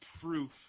proof